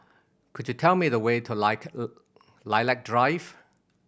could you tell me the way to Like Lilac Drive